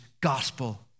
gospel